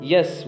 Yes